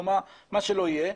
מה שלא יהיה,